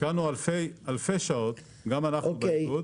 השקענו בזה אלפי שעות, גם אנחנו באיגוד.